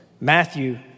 Matthew